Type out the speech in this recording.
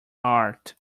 art